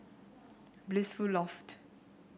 Blissful Loft